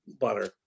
butter